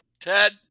Ted